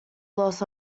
loss